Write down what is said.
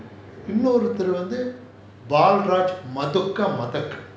இன்னொருவர் வந்து:innoruthar vanthu balraj mathokamathak